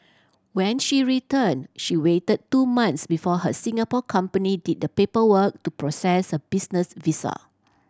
when she returned she waited two months before her Singapore company did the paperwork to process her business visa